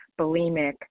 bulimic